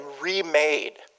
remade